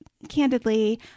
candidly